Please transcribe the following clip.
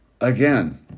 Again